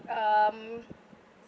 um